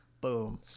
boom